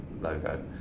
logo